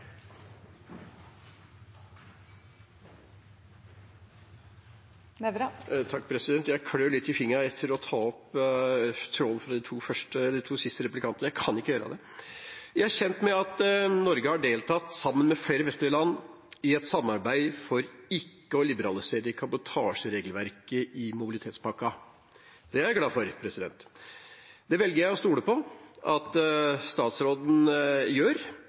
Jeg klør litt i fingrene etter å ta opp tråden fra de to siste replikantene, men jeg kan ikke gjøre det. Jeg er kjent med at Norge, sammen med flere vestlige land, har deltatt i et samarbeid for ikke å liberalisere kabotasjeregelverket i mobilitetspakken. Det er jeg glad for, og det velger jeg å stole på at statsråden gjør.